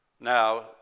Now